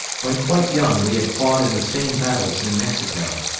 when quite young we had fought in the same battles in mexico.